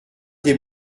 des